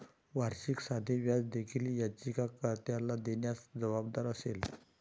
वार्षिक साधे व्याज देखील याचिका कर्त्याला देण्यास जबाबदार असेल